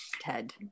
Ted